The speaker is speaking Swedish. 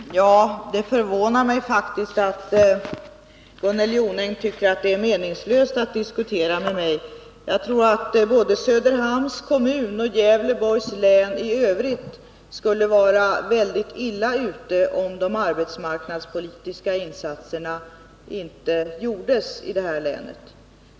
Herr talman! Det förvånar mig faktiskt att Gunnel Jonäng tycker att det är meningslöst att diskutera med mig. Jag tror att både Söderhamns kommun | och Gävleborgs län i övrigt skulle vara väldigt illa ute, om de arbetsmark Nr 79 nadspolitiska insatserna inte gjordes i det här länet.